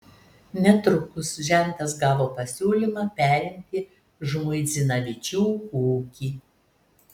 netrukus žentas gavo pasiūlymą perimti žmuidzinavičių ūkį